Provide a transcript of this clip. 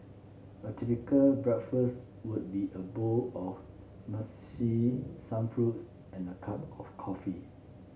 a typical breakfast would be a bowl of muesli some fruits and a cup of coffee